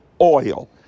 oil